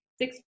six